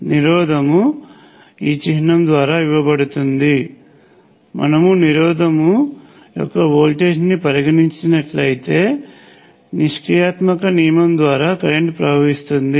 నిరోధకము Ω చిహ్నం ద్వారా ఇవ్వబడుతుంది మనం నిరోధకం యొక్క వోల్టేజ్ని పరిగణించినట్లయితే నిష్క్రియాత్మక నియమం ద్వారా కరెంట్ ప్రవహిస్తుంది